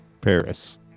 Paris